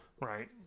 right